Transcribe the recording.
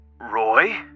Roy